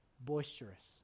boisterous